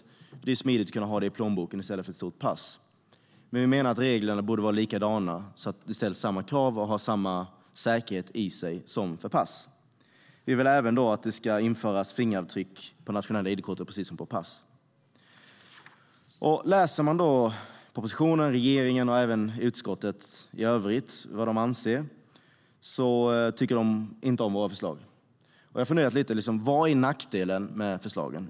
Det är smidigt att ha det i plånboken i stället för ett stort pass. Men vi menar att reglerna borde vara likadana så att det ställs samma krav på dem så att de är lika säkra som pass. Vi vill även att det ska införas fingeravtryck på nationella id-kort, precis som på pass. Läser man i propositionen vad regeringen och utskottet i övrigt anser ser man att de inte tycker om våra förslag. Jag har funderat lite: Vad är nackdelen med förslagen?